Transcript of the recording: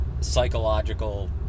psychological